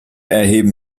erheben